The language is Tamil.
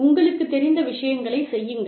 உங்களுக்குத் தெரிந்த விஷயங்களைச் செய்யுங்கள்